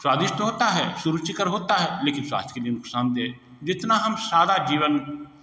स्वादिष्ट होता है सुरुचिकर होता है लेकिन स्वास्थ्य के लिए नुकसानदेह है जितना हम सादा जीवन